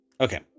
Okay